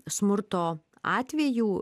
smurto atvejų